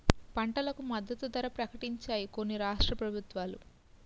పంటలకు మద్దతు ధర ప్రకటించాయి కొన్ని రాష్ట్ర ప్రభుత్వాలు